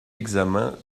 examen